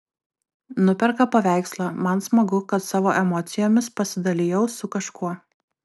nuperka paveikslą man smagu kad savo emocijomis pasidalijau su kažkuo